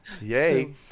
yay